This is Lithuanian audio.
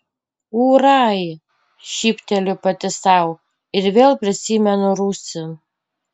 ūrai šypteliu pati sau ir vėl prisimenu rūsį